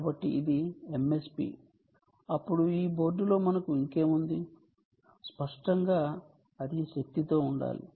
కాబట్టి ఇది MSP అప్పుడు ఈ బోర్డులో మనకు ఇంకేముంది స్పష్టంగా అది శక్తితో ఉండాలి